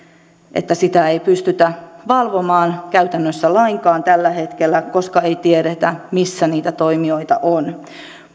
että sitä ei pystytä valvomaan käytännössä lainkaan tällä hetkellä koska ei tiedetä missä niitä toimijoita on